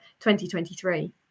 2023